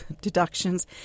deductions